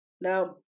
Now